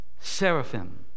seraphim